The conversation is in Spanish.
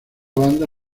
banda